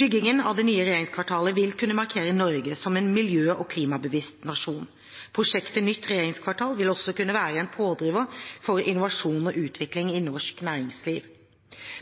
Byggingen av det nye regjeringskvartalet vil kunne markere Norge som en miljø- og klimabevisst nasjon. Prosjekt nytt regjeringskvartal vil også kunne være en pådriver for innovasjon og utvikling i norsk næringsliv.